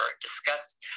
discuss